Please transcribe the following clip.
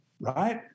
right